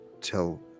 tell